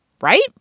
right